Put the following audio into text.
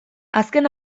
azken